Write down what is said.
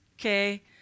Okay